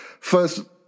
first –